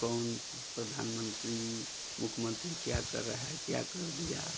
कौन प्रधानमंत्री मुख्यमंत्री क्या कर रहा है क्या कर दिया